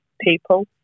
people